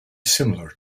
similar